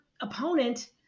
opponent